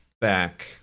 back